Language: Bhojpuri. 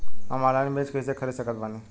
हम ऑनलाइन बीज कइसे खरीद सकत बानी?